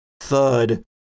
thud